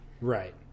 Right